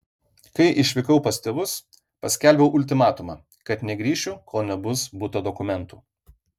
kai išvykau pas tėvus paskelbiau ultimatumą kad negrįšiu kol nebus buto dokumentų